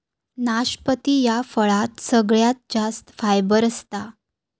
नाशपती ह्या फळात सगळ्यात जास्त फायबर असता